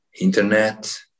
internet